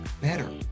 better